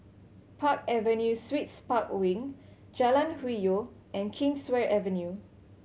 Park Avenue Suites Park Wing Jalan Hwi Yoh and Kingswear Avenue